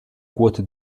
quote